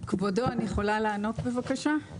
כבודו אני יכולה לענות בבקשה?